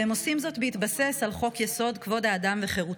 והם עושים זאת בהתבסס על חוק-יסוד: כבוד האדם וחירותו.